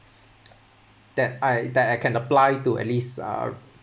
that I that I can apply to at least uh